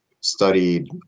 studied